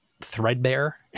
threadbare